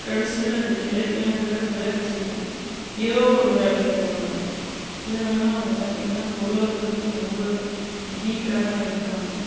கடைசியில் அது கிடைக்கிலங்கற விரக்தியில் எதோ ஒரு வேலைக்கு போகிறாங்க இதனால அவங்க பார்த்தீங்கனா பொருளாதாரத்தில் ரொம்ப வீக்காக தான் இருக்காங்க